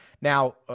now